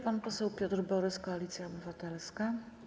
Pan poseł Piotr Borys, Koalicja Obywatelska.